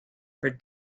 for